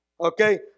Okay